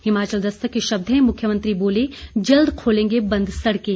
हिमाचल दस्तक के शब्द हैं मुख्यमंत्री बोले जल्द खोलेंगे बंद सड़कें